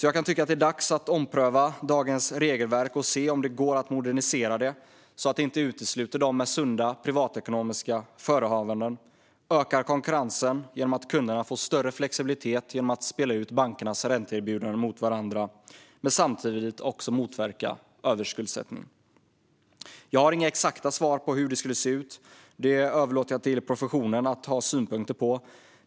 Jag tycker att det är dags att ompröva dagens regelverk och se om det går att modernisera det, så att det inte utesluter dem med sunda privatekonomiska förehavanden, och öka konkurrensen genom att ge kunderna större flexibilitet att spela ut bankernas ränteerbjudanden mot varandra men samtidigt motverka överskuldsättning. Jag har inga exakta svar på hur det skulle se ut. Det överlåter jag till professionen att ha synpunkter på.